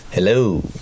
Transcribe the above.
Hello